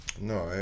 No